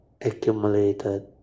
accumulated